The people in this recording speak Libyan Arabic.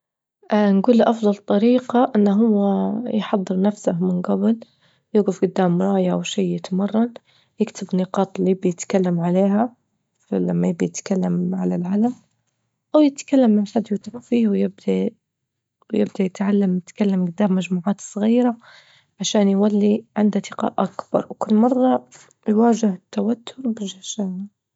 نجول له أفضل طريقة إن هو يحضر نفسه من جبل، يوجف جدام مراية أو شي يتمرن، يكتب نقاط اللي يبي يتكلم عليها، فلما يبي يتكلم على العلم أو يتكلم مع حد يوثق فيه، ويبدى- ويبدى يتعلم يتكلم جدام مجموعات صغيرة، عشان يولي عنده ثقة أكبر وكل مرة يواجه التوتر بشجاعة.